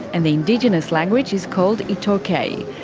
and the indigenous language is called itaukei,